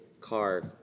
car